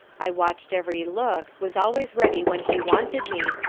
i watched every look, was always ready when he wanted me,